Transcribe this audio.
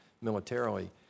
militarily